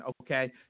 okay